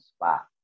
spot